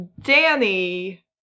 Danny